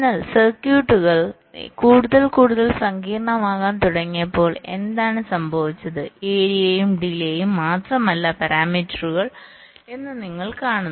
എന്നാൽ സർക്യൂട്ടുകൾ കൂടുതൽ കൂടുതൽ സങ്കീർണ്ണമാകാൻ തുടങ്ങിയപ്പോൾ എന്താണ് സംഭവിച്ചത് ഏരിയയും ഡിലേയും മാത്രമല്ല പാരാമീറ്ററുകൾ എന്ന് നിങ്ങൾ കാണുന്നു